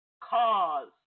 cause